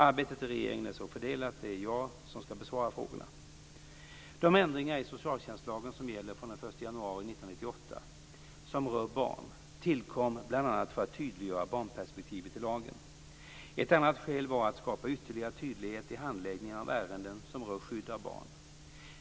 Arbetet i regeringen är så fördelat att det är jag som skall besvara frågorna. De ändringar i socialtjänstlagen som gäller från den 1 januari 1998 och som rör barn tillkom bl.a. för att tydliggöra barnperspektivet i lagen. Ett annat skäl var att skapa ytterligare tydlighet i handläggningen av ärenden som rör skydd av barn.